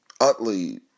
Utley